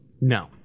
No